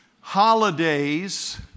Holidays